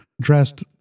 dressed